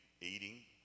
eating